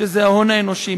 שזה ההון האנושי.